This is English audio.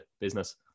business